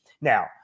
Now